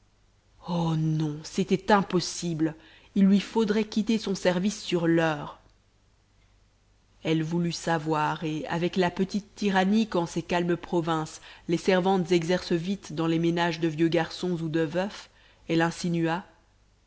oh non c'était impossible il lui faudrait quitter son service sur l'heure elle voulut savoir et avec la petite tyrannie qu'en ces calmes provinces les servantes exercent vite dans les ménages de vieux garçons ou de veufs elle